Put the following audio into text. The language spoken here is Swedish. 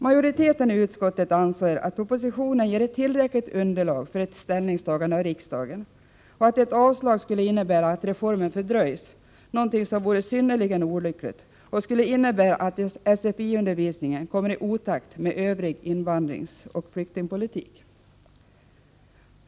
Majoriteten i utskottet anser att propositionen ger ett tillräckligt underlag för ett ställningstagande av riksdagen och att ett avslag skulle innebära att reformen fördröjs, något som vore synnerligen olyckligt och skulle innebära att SFI-undervisningen kommer i otakt med övrig invandringsoch flyktingpolitik.